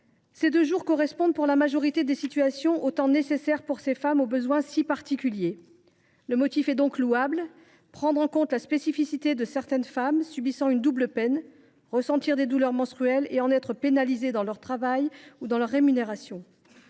Ces deux jours correspondent, dans la majorité des situations, au temps nécessaire pour ces femmes au besoin si particulier. Le motif est donc louable : prendre en considération la spécificité de certaines femmes subissant une double peine : elles ressentent des douleurs menstruelles et en sont pénalisées dans leur travail ou dans leur rémunération.